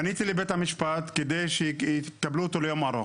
פניתי לבית המשפט כדי שיקבלו אותו ליום ארוך.